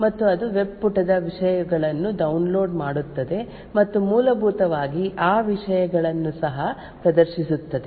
ಮತ್ತು ಅದು ವೆಬ್ ಪುಟದ ವಿಷಯಗಳನ್ನು ಡೌನ್ಲೋಡ್ ಮಾಡುತ್ತದೆ ಮತ್ತು ಮೂಲಭೂತವಾಗಿ ಆ ವಿಷಯಗಳನ್ನು ಸಹ ಪ್ರದರ್ಶಿಸುತ್ತದೆ